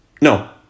No